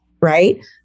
right